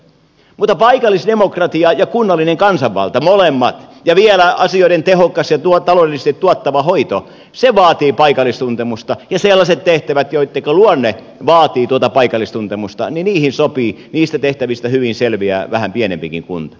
mutta paikallisdemokratia ja kunnallinen kansanvalta molemmat ja vielä asioiden tehokas ja taloudellisesti tuottava hoito vaativat paikallistuntemusta ja sellaisiin tehtäviin joidenka luonne vaatii tuota paikallistuntemusta sopii ja niistä tehtävistä hyvin selviää vähän pienempikin kunta